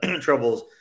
troubles